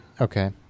okay